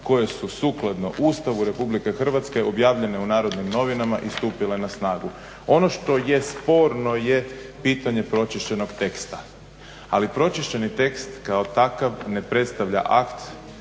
koje su sukladno Ustavu RH objavljene u Narodnim novinama i stupile na snagu. Ono što je sporno je pitanje pročišćenog teksta. Ali pročišćeni tekst kao takav ne predstavlja akt